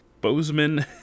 Bozeman